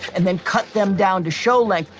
and then cut them down to show length.